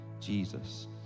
Jesus